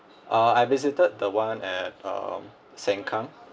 uh I visited the one at um Sengkang